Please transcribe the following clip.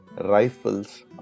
rifles